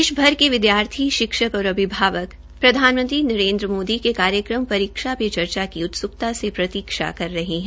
देशभर के विद्यार्थीछात्र शिक्षक और अभिभावक प्रधानमंत्री नरेन्द्र मोदी के कार्यक्रम परीक्षा पे चर्चा की उत्स्कता से प्रतीक्षा कर रहे है